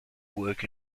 work